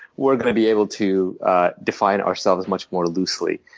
we're going to be able to define ourselves much more loosely.